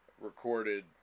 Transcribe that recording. recorded